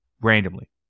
randomly